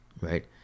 right